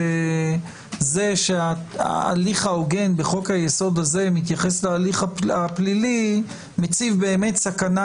שזה שההליך ההוגן בחוק-היסוד הזה מתייחס להליך הפלילי מציב סכנה